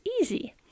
easy